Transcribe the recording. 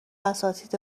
اساتید